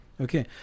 Okay